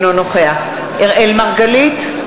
אינו נוכח אראל מרגלית,